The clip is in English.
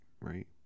right